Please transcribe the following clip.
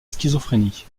schizophrénie